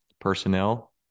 Personnel